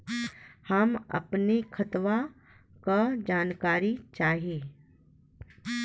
हम अपने खतवा क जानकारी चाही?